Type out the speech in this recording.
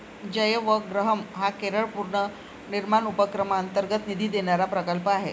जयवग्रहम हा केरळ पुनर्निर्माण उपक्रमांतर्गत निधी देणारा प्रकल्प आहे